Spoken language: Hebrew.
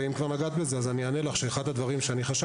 אם כבר נגעת בזה אז אני אענה לך שאחד הדברים שחשבתי